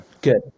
good